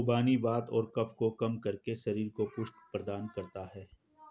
खुबानी वात और कफ को कम करके शरीर को पुष्टि प्रदान करता है